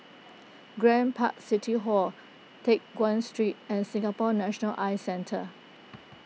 Grand Park City Hall Teck Guan Street and Singapore National Eye Centre